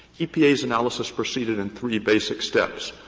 epa's analysis proceeded in three basic steps.